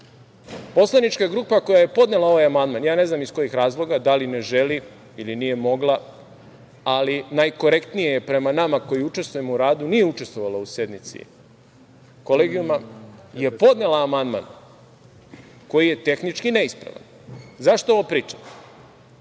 Poslanička grupa koja je podnela ovaj amandman, ja ne znam iz kojih razloga, da li ne želi ili nije mogla, ali najkorektnije prema nama koji učestvujemo u radu, nije učestvovala u sednici Kolegijuma, je podnela amandman koji je tehnički neispravan.Zašto ovo pričam?